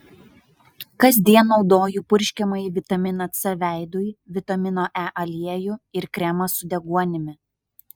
kasdien naudoju purškiamąjį vitaminą c veidui vitamino e aliejų ir kremą su deguonimi